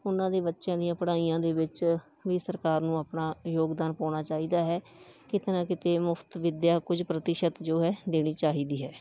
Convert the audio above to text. ਉਹਨਾਂ ਦੇ ਬੱਚਿਆਂ ਦੀਆਂ ਪੜ੍ਹਾਈਆਂ ਦੇ ਵਿੱਚ ਵੀ ਸਰਕਾਰ ਨੂੰ ਆਪਣਾ ਯੋਗਦਾਨ ਪਾਉਣਾ ਚਾਹੀਦਾ ਹੈ ਕਿਤੇ ਨਾ ਕਿਤੇ ਮੁਫ਼ਤ ਵਿਦਿਆ ਕੁਝ ਪ੍ਰਤੀਸ਼ਤ ਜੋ ਹੈ ਦੇਣੀ ਚਾਹੀਦੀ ਹੈ